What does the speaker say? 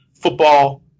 football